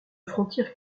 frontière